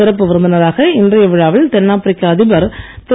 சிறப்பு விருந்தினராக இன்றைய விழாவில் தென்னாப்பிரிக்க அதிபர் திரு